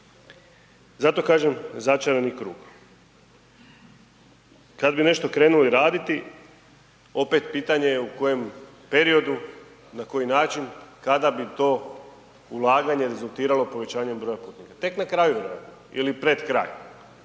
Zato kažem začarani krug. Kad bi nešto krenuli raditi opet pitanje je u kojem periodu na koji način, kada bi to ulaganje rezultiralo povećanjem brojem putnika, tek na kraju ili pred kraj.